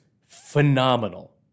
phenomenal